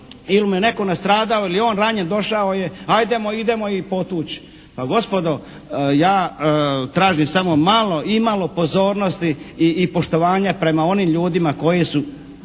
ili mu je netko nastradao ili on ranjen došao je ajdemo, idemo ih potući. Pa gospodo, ja tražim samo malo, imalo pozornosti i poštovanja prema onim ljudima koji su.